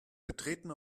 betreten